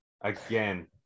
Again